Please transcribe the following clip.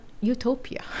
utopia